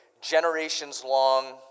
generations-long